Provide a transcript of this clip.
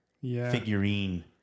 figurine